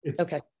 Okay